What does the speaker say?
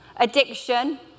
Addiction